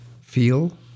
feel